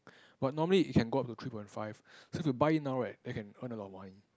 but normally it can go up to three point five so if you buy now right then can earn a lot of money